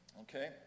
okay